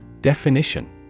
Definition